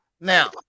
Now